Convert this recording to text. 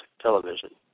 television